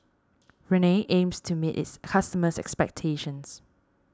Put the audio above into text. Rene aims to meet its customers' expectations